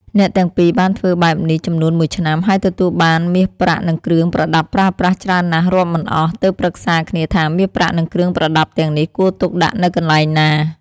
អ្នកទាំងពីរបានធ្វើបែបនេះចំនួនមួយឆ្នាំ ហើយទទួលបានមាសប្រាក់និងគ្រឿងប្រដាប់ប្រើប្រាស់ច្រើនណាស់រាប់មិនអស់ ទើបប្រឹក្សាគ្នាថាមាសប្រាក់និងគ្រឿងប្រដាប់ទាំងនេះ គួរទុកដាក់នៅកន្លែងណា។